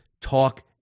talk